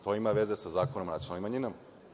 To ima veze sa Zakonom o nacionalnim manjinama.